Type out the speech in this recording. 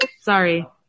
Sorry